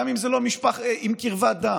גם אם זה לא עם קרבת דם.